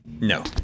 No